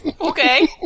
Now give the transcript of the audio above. Okay